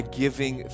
giving